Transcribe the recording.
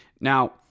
Now